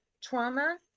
Trauma